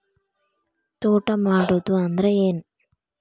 ತೋಟ ಮಾಡುದು ಅಂದ್ರ ಏನ್?